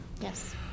Yes